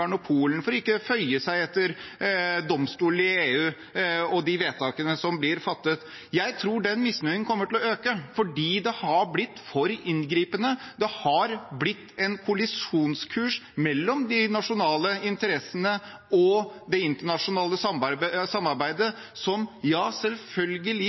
Polen for ikke å føye seg etter domstolene i EU og vedtakene som blir fattet der. Jeg tror den misnøyen kommer til å øke fordi dette har blitt for inngripende. Det har blitt en kollisjonskurs mellom de nasjonale interessene og det internasjonale samarbeidet, som selvfølgelig